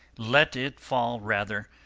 let it fall rather,